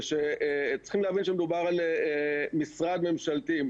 זה שצריכים להבין שמדובר על משרד ממשלתי,